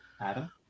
Adam